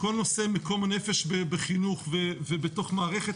כל נושא מקום הנפש בחינוך ובתוך מערכת